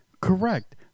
Correct